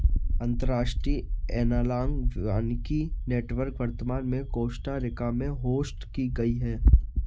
अंतर्राष्ट्रीय एनालॉग वानिकी नेटवर्क वर्तमान में कोस्टा रिका में होस्ट की गयी है